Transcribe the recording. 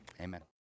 Amen